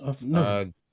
No